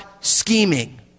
scheming